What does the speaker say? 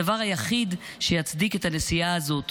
הדבר היחיד שיצדיק את הנסיעה הזאת